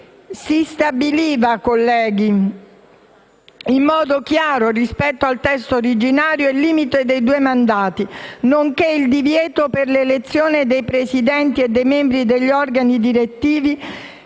si stabiliva, in modo più chiaro rispetto al testo originario, il limite dei due mandati, nonché il divieto, per l'elezione dei presidenti e dei membri degli organi direttivi